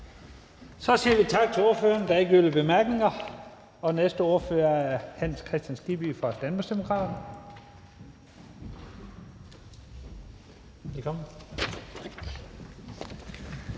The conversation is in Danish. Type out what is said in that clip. Vi siger tak til ordføreren. Der er ingen korte bemærkninger. Næste ordfører er hr. Hans Kristian Skibby fra Danmarksdemokraterne.